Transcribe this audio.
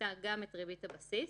מפחיתה גם את ריבית הבסיס